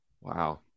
wow